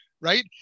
right